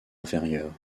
inférieure